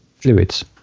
fluids